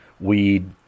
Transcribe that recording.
weed